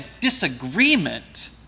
disagreement